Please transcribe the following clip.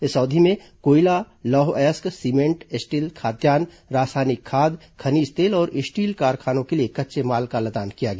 इस अवधि में कोयला लौह अयस्क सीमेंट स्टील खाद्यान्न रासायनिक खाद खनिज तेल और स्टील कारखानों के लिए कच्चे माल का लदान किया गया